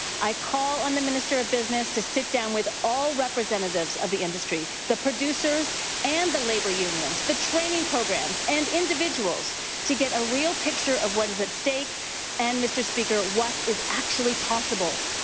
i call on the minister of business to sit down with all representatives of the industry, the producers and the labour unions, the training programs, and individuals to get a real picture of what is at stake and mr. speaker, what is actually possible.